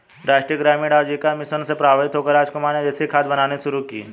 राष्ट्रीय ग्रामीण आजीविका मिशन से प्रभावित होकर रामकुमार ने देसी खाद बनानी शुरू की